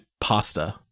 pasta